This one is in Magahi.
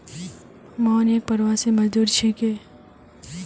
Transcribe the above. मोहन एक प्रवासी मजदूर छिके